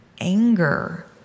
anger